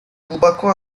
глубоко